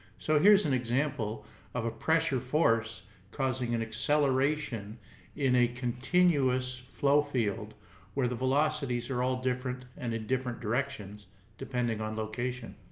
so, here's an example of a pressure force causing an acceleration in a continuous flow field where the velocities are all different and at different directions depending on location.